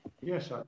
yes